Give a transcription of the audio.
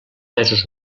mesos